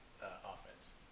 offense